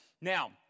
Now